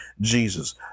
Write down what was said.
Jesus